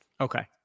Okay